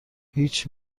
هیچ